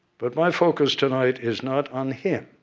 but my focus tonight is not on him.